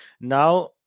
Now